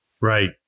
Right